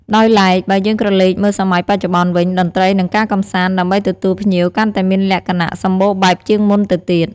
ដោយឡែក បើយើងក្រឡេកមើលសម័យបច្ចុប្បន្នវិញ តន្ត្រី និងការកំសាន្ត ដើម្បីទទួលភ្ញៀវកាន់តែមានលក្ខណៈសម្បូរបែបជាងមុនទៅទៀត។